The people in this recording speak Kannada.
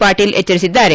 ಪಾಟೀಲ್ ಎಚ್ಚರಿಸಿದ್ದಾರೆ